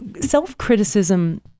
Self-criticism